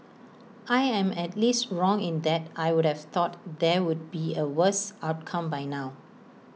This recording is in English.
I am at least wrong in that I would've thought there would be A worse outcome by now